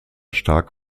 stark